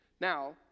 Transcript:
Now